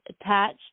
attached